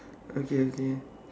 okay okay